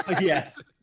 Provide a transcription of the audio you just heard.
Yes